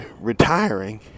retiring